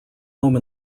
home